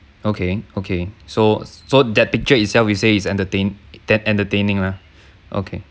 okay okay so so that picture itself you say is entertain that entertaining lah okay